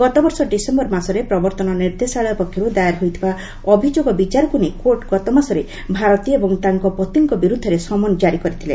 ଗତବର୍ଷ ଡିସେମ୍ବର ମାସରେ ପ୍ରବର୍ତ୍ତନ ନିର୍ଦ୍ଦେଶାଳୟ ପକ୍ଷରୁ ଦାଏର ହୋଇଥିବା ଅଭିଯୋଗ ବିଚାରକୁ ନେଇ କୋର୍ଟ ଗତ ମାସରେ ଭାରତୀ ଏବଂ ତାଙ୍କ ପତିଙ୍କ ବିରୁଦ୍ଧରେ ସମନ୍ ଜାରି କରିଥିଲା